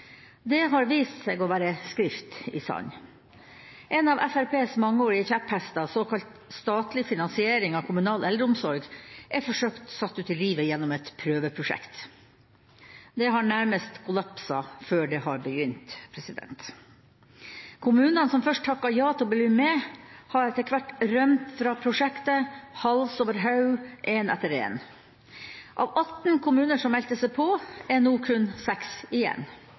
Det har vist seg å være skrift i sand. En av Fremskrittspartiets mangeårige kjepphester, såkalt statlig finansiering av kommunal eldreomsorg, er forsøkt satt ut i livet gjennom et prøveprosjekt. Det har nærmest kollapset før det har begynt. Kommunene som først takket ja til å bli med, har etter hvert rømt fra prosjektet, hals over hode, én etter én. Av 18 kommuner som meldte seg på, er det nå kun 6 igjen.